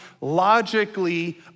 logically